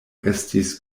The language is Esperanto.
estis